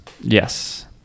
yes